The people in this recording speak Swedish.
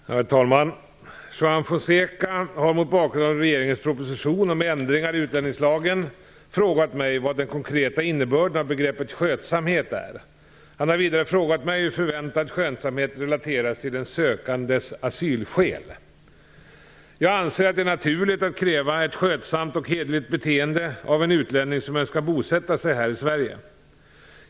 Herr talman! Juan Fonseca har, mot bakgrund av regeringens proposition om ändringar i utlänningslagen, frågat mig vad den konkreta innebörden av begreppet skötsamhet är. Han har vidare frågat mig hur förväntad skötsamhet relateras till en sökandes asylskäl. Jag anser att det är naturligt att kräva ett skötsamt och hederligt beteende av en utlänning som önskar bosätta sig här i Sverige.